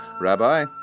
Rabbi